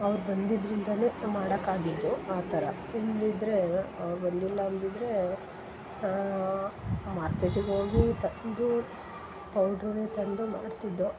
ಅವ್ರು ಬಂದಿದ್ರಿಂದಲೇ ಮಾಡೋಕ್ಕಾಗಿದ್ದು ಆ ಥರ ಇಲ್ಲದೆದ್ರೆ ಅವ್ರು ಬಂದಿಲ್ಲ ಅಂದಿದ್ದರೆ ಮಾರ್ಕೆಟಿಗೋಗಿ ತಂದು ಪೌಡ್ರನ್ನು ತಂದು ಮಾಡ್ತಿದ್ದೊ